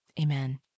Amen